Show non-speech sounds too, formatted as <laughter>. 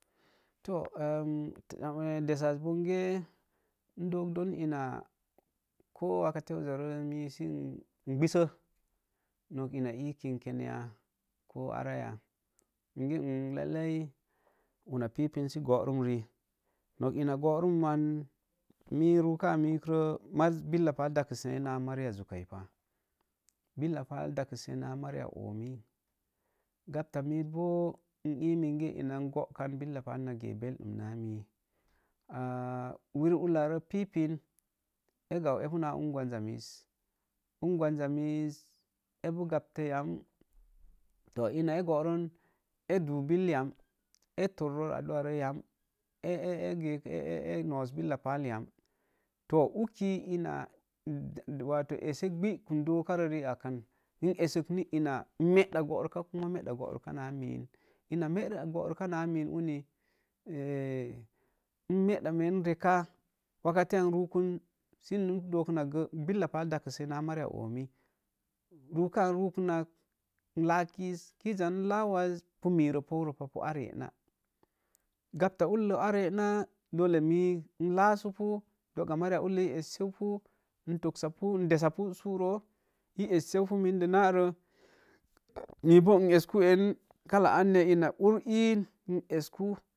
To <hesitation> im dessas bonge n dook don ina koo wakete uzza me sən gbəssə, nok ina i kinken ya ko araya, ko araya, menge n lailai, una pi pen sə goorum rii nok ina gorum man, mii ru kaa mi ree ma, billa pal dakəsee naa mari zukai pah, billa pal dak se naa mari ya omii, gabta mii boo me i mange ina n gook kan billa pal na ge belləm naa me, aa wir ulla roo pipin, agau i pu naa ungwan za mii, ungwan za mii, ee pu gaptə yam, to ina ee goren, ee do bill yam, ee tor ror adua re yam a, a, a noose billa pal ya, to uki ina wato esse gbəkəm dokare ri ak an, ni essək ni ina n medə goruka ni medə goruka naa min, ina medə goru ka naa muun uni, n medə men neka wakate a n rukən, ni min n dokin nak gə, billa pal dakəse naa mari oomii, rukaa, rukən nak n laa kiz, kiz n laa az pu mero pouro pah, pu ar yee nah gauta ullo ar yee naa, dolle minm laasəpu, doga mari ulloi ee es sepu, n tosapu n desapu su roo ii esseupu mendə naro, mii boo esku en, kalla anya ina ur iin n esku